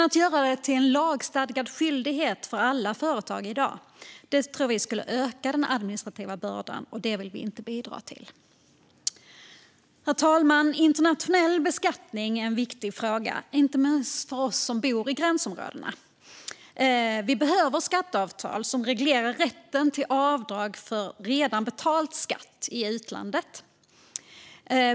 Att göra detta till en lagstadgad skyldighet för alla företag i dag tror vi dock skulle öka deras administrativa börda, och det vill vi inte bidra till. Herr talman! Internationell dubbelbeskattning är en viktig fråga, inte minst för oss som bor i gränsområden. Vi behöver skatteavtal som reglerar rätten till avdrag för redan betald skatt i utlandet.